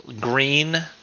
green